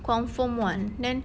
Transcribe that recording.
confirm [one] then